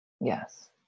Yes